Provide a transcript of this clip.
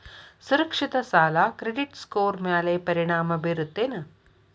ಸುರಕ್ಷಿತ ಸಾಲ credit score ಮ್ಯಾಲೆ ಪರಿಣಾಮ ಬೇರುತ್ತೇನ್